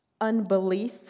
unbelief